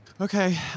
Okay